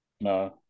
No